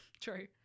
True